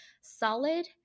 solid